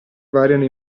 variano